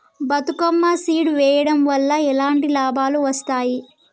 Bathukamma seed వెయ్యడం వల్ల ఎలాంటి లాభాలు వస్తాయి?